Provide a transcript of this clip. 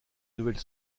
nouvelle